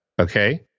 Okay